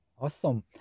awesome